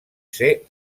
ser